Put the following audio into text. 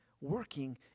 working